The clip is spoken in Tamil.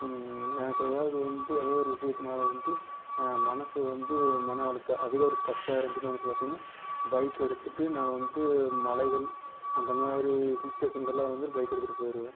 எனக்கு ஏதாவது வந்து ஏதோ ஒரு விஷயத்துனால் வந்து மனது வந்து மன அழுத்தம் அதுவே ஒரு ஸ்ட்ரெஸ்ஸாக இருந்துச்சினால் வந்துட்டு பார்த்தீங்கன்னா பைக்கை எடுத்துட்டு நான் வந்து மலைகள் அந்தமாதிரி ஹில்ஸ் ஸ்டேஷனுக்கெல்லாம் வந்து பைக்கை எடுத்துகிட்டு போயிடுவேன்